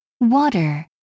water